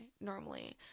normally